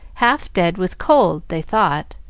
half dead with cold, they thought.